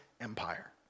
empire